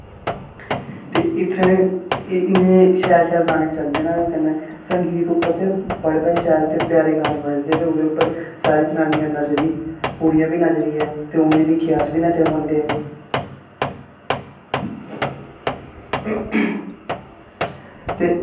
ते इत्थै इन्ने शैल शैल गाने चलदे न कन्नै संगीत उप्पर ते बड़े बड़े शैल ते प्यारे गाने बजदे ते ओह्दे उप्पर सारी जनानियां नचदियां कुड़ियां बी नचदियां ऐं ते उ'नें दिक्खियै अस बी नच्चन लगी पौन्ने आं ते